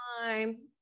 time